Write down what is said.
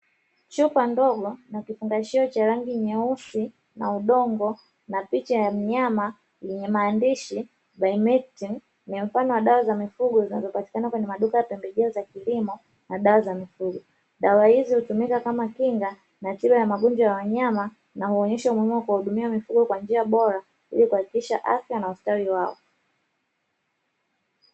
Chupa ndogo na kifungashio cha rangi nyeusi na udongo na picha ya mnyama yenye maandishi "Bymectim" ni mfano wa dawa za mifugo zinazopatikana kwenye maduka ya pembejeo za kilimo na dawa za mifugo. Dawa hizi hutumika kama kingana tiba ya magonjwa ya wanyama na huonesha umuhimu wa kuwahudumia mifugo kwa njia bora, ili kuhakikisha afya na ustawi wao.